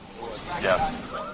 Yes